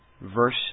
verse